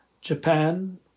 Japan